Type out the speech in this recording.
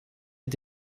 mit